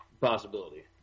possibility